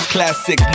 Classic